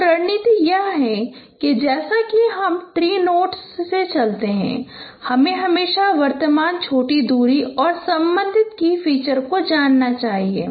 तो रणनीति यह है कि जैसा कि हम ट्री नोड्स से चलते हैं हमें हमेशा वर्तमान छोटी दूरी और संबंधित की फीचर को जानना चाहिए